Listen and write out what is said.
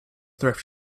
thrift